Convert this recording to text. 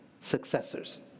successors